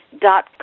dot